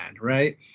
right